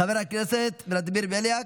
מוותר, חבר הכנסת ולדימיר בליאק,